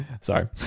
Sorry